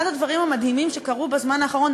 אחד הדברים המדהימים שקרו בזמן האחרון,